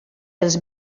dels